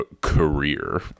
career